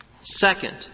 Second